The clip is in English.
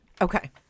Okay